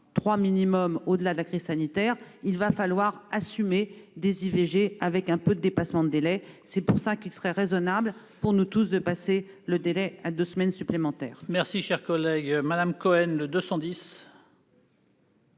trois minimum au-delà de la crise sanitaire -, il va falloir assumer des IVG avec un peu de dépassement de délai. C'est pourquoi il serait raisonnable pour nous tous voter ce délai de deux semaines supplémentaires.